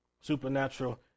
supernatural